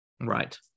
Right